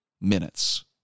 minutes